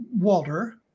Walter